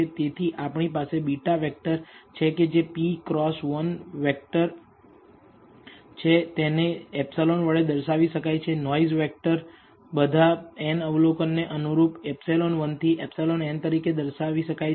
તેથી આપણી પાસે β વેક્ટર છે કે જે p ક્રોસ 1 વેક્ટર છે તેને ε વડે દર્શાવી શકાય નોઈસ વેક્ટર બધા n અવલોકન ને અનુરૂપ ε1 થી εn તરીકે દર્શાવી શકાય છે